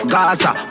Gaza